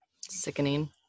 Sickening